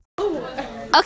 Okay